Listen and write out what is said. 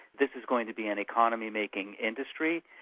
this is going to be an economy-making industry,